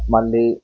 మళ్ళీ